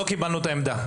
לא קיבלנו את העמדה.